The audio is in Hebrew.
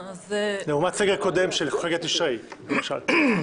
לעומת סגר קודם של חגי תשרי, למשל.